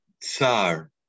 tsar